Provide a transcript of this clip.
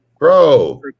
Bro